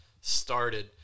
started